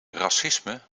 racisme